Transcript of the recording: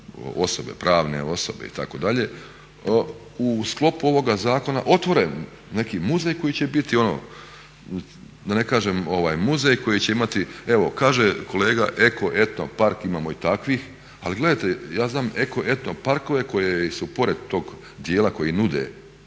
osobe, pravne osobe itd. u sklopu ovoga zakona otvore neki muzej koji će biti ono da ne kažem muzej koji će imati, evo kaže kolega eko, eto park. Imao i takvih, ali gledajte ja znam eko, etno parkove koji su pored tog djela koji nude